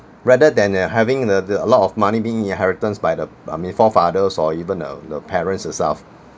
rather than uh having the the a lot of money being inheritance by the I mean forefathers or even uh the parents itself